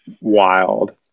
Wild